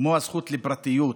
כמו הזכות לפרטיות,